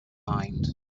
mind